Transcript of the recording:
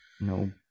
No